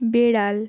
বেড়াল